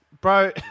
Bro